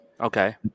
Okay